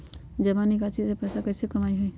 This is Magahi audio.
जमा निकासी से पैसा कईसे कमाई होई?